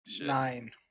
Nine